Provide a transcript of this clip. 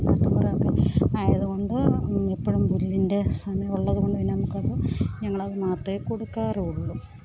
നാട്ടിന്പുറം ഒക്കെ ആയത് കൊണ്ട് എപ്പോഴും പുല്ലിന്റെ സമയം ഉള്ളത് കൊണ്ട് പിന്നെ നമ്മൾക്ക് അത് ഞങ്ങൾ അത് മാത്രമേ കൊടുക്കാറുള്ളു